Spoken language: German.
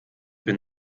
bin